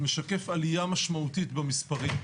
משקף עליה משמעותית במספרים.